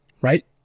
Right